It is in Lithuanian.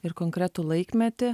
ir konkretų laikmetį